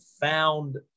found